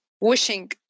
wishing